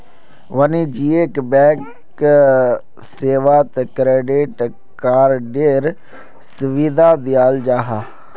वाणिज्यिक बैंक सेवात क्रेडिट कार्डएर सुविधा दियाल जाहा